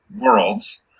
worlds